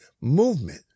movement